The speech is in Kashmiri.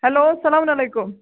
ہٮ۪لو السَلامُن علیکُم